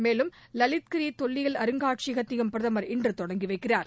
மேலும் லலித்கிரி தொல்லியல் அருங்காட்சியகத்தையும் பிரதமர் இன்று தொடங்கி வைக்கிறார்